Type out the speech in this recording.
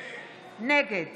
נגד